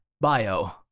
Bio